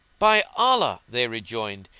by allah, they rejoined,